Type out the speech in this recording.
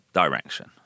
direction